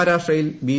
മഹാരാഷ്ട്രയിൽ ബി